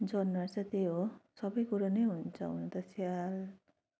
जनावर चाहिँ त्यही हो सबै कुरो नै हुन्छ हुन त स्याल